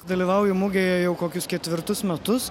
dalyvauju mugėje jau kokius ketvirtus metus